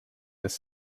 this